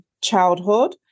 childhood